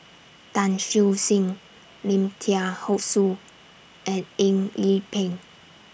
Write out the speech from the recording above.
Tan Siew Sin Lim Thean whole Soo and Eng Yee Peng